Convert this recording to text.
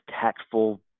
tactful